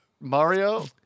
Mario